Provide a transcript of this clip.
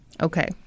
Okay